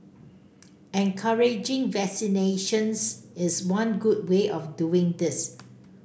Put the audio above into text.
encouraging vaccinations is one good way of doing this